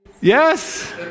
Yes